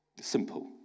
Simple